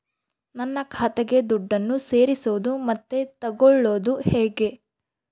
ನನ್ನ ಖಾತೆಗೆ ದುಡ್ಡನ್ನು ಸೇರಿಸೋದು ಮತ್ತೆ ತಗೊಳ್ಳೋದು ಹೇಗೆ?